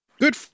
good